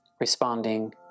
responding